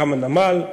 גם הנמל.